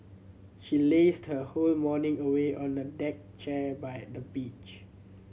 she lazed her whole morning away on a deck chair by the beach